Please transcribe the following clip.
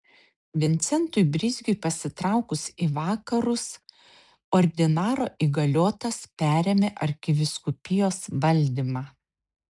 vincentui brizgiui pasitraukus į vakarus ordinaro įgaliotas perėmė arkivyskupijos valdymą